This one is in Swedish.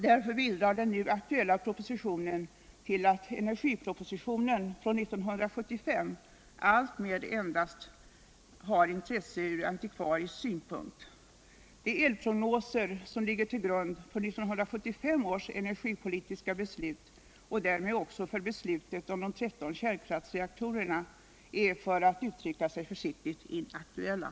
Därför bidrar den nu aktuella propositionen till att energisparpropositionen från 1975 alltmer endast har intresse från antikvarisk synpunkt. De elprognoser som ligger till grund för 1975 års energipolitiska beslut och därmed också för beslutet om de 13 kärnkraftsreaktorerna är — för att uttrycka sig försiktigt — inaktuella.